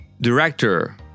Director